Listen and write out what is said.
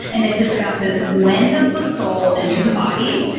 and it discusses when does the soul enter the body?